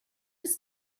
his